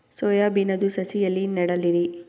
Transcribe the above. Soya ಬಿನದು ಸಸಿ ಎಲ್ಲಿ ನೆಡಲಿರಿ?